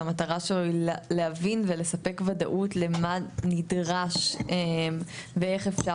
שהמטרה שלו היא להבין ולספק וודאות למה נדרש ואיך אפשר